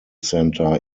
center